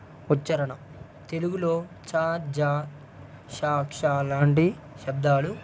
ఉచ్చారణ తెలుగులో చ జ ష క్షలాంటి శబ్దాలు